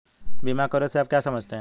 बीमा कवरेज से आप क्या समझते हैं?